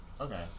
Okay